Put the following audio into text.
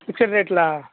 fixed రేట్లా